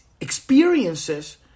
experiences